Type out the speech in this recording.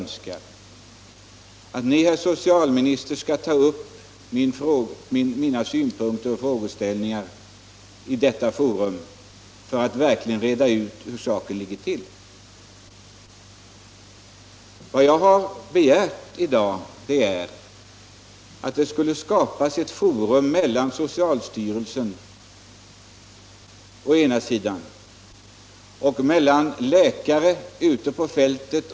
Jag önskar att ni, herr socialminister, skall ta upp mina synpunkter och frågeställningar i det forum ni framförde för att verkligen reda ut hur saken ligger till. Vad jag i dag begärt är att det skall skapas en instans, där man på ena sidan har socialstyrelsen och på andra sidan patienterna och läkarna ute på fältet.